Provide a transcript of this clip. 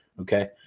Okay